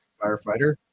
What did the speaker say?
firefighter